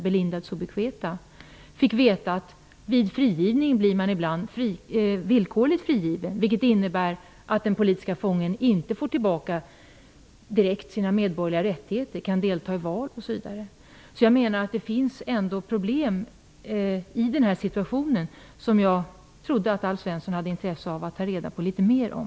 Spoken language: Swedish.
Jag fick veta att man ibland bara blir villkorligt frigiven, vilket innebär att den politiska fången inte direkt får tillbaka sina medborgerliga rättigheter och t.ex. inte kan delta i val. Jag vill påminna om detta. Det finns problem i den här situationen, som jag trodde att Alf Svensson hade intresse av att ta reda på litet mera om.